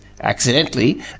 accidentally